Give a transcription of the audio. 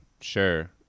Sure